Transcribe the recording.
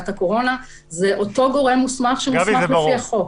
זה אותו גורם מוסמך שמוסמך לפי החוק.